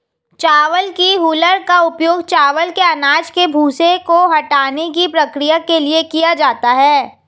चावल की हूलर का उपयोग चावल के अनाज के भूसे को हटाने की प्रक्रिया के लिए किया जाता है